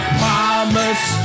promise